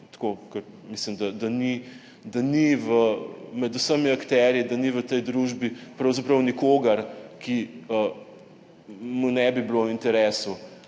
kot mislim, da ni med vsemi akterji v tej družbi pravzaprav nikogar, ki mu ne bi bilo v interesu,